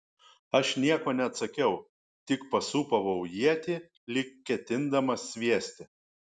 aš nieko neatsakiau tik pasūpavau ietį lyg ketindamas sviesti